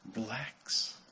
Relax